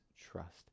trust